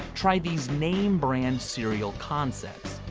try these name-brand cereals concepts.